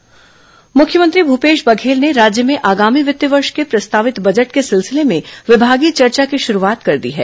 budget तैयारी मुख्यमंत्री भूपेश बघेल ने राज्य में आगामी वित्तीय वर्ष के प्रस्तावित बजट के सिलसिले में विभागीय चर्चा की शुरूआत कर दी है